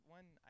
one